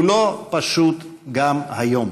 הוא לא פשוט גם היום.